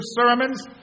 sermons